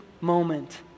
moment